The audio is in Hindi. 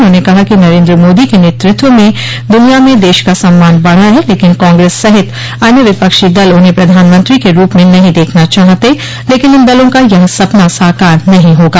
उन्होंने कहा कि नरेन्द्र मोदी के नेतृत्व में दुनिया में देश का सम्मान बढ़ा है लेकिन कांग्रेस सहित अन्य विपक्षी दल उन्हें प्रधानमंत्री के रूप में नहीं देखना चाहते लेकिन इन दलों का यह सपना साकार नहीं होगा